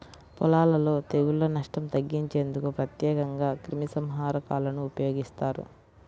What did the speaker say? పొలాలలో తెగుళ్ల నష్టం తగ్గించేందుకు ప్రత్యేకంగా క్రిమిసంహారకాలను ఉపయోగిస్తారు